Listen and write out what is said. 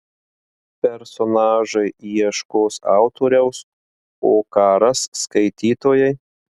personažai ieškos autoriaus o ką ras skaitytojai